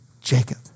Jacob